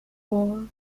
four